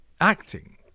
acting